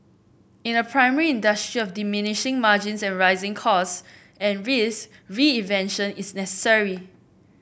in a primary industry of diminishing margins and rising cost and risk reinvention is necessary